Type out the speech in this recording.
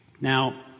Now